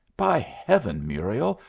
by heaven, muriel,